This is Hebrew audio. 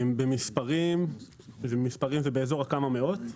במספרים זה באזור הכמה מאות.